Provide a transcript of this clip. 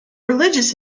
religious